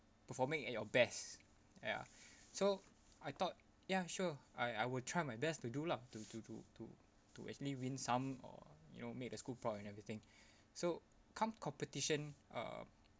performing at your best ya so I thought ya sure I I will try my best to do lah to to to to to actually win some or you know made the school proud and everything so come competition uh